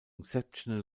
exceptional